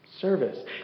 Service